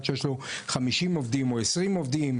אחד שיש לו 50 עובדים או 20 עובדים,